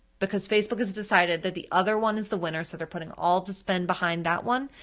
because facebook has decided that the other one is the winner so they're putting all the spend behind that one,